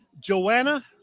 Joanna